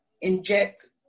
inject